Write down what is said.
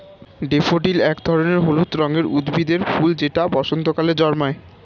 daffodil এক ধরনের হলুদ রঙের উদ্ভিদের ফুল যেটা বসন্তকালে জন্মায়